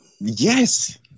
Yes